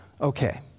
Okay